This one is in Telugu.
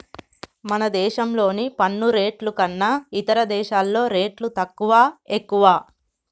మన దేశంలోని పన్ను రేట్లు కన్నా ఇతర దేశాల్లో రేట్లు తక్కువా, ఎక్కువా